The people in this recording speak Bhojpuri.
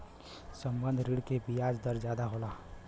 संबंद्ध ऋण के बियाज दर जादा होला